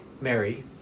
Mary